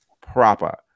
proper